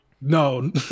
No